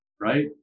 Right